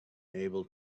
able